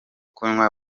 kunywa